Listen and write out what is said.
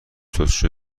توصیه